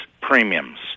premiums